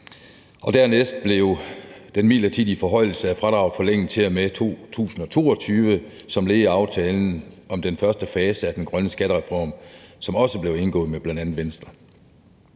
Dernæst blev den midlertidige forhøjelse af fradraget forlænget til og med 2022 som led i aftalen om den første fase af den grønne skattereform, som også blev indgået med bl.a. Venstre.